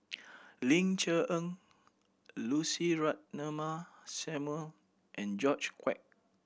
Ling Cher Eng Lucy Ratnammah Samuel and George Quek